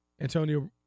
Antonio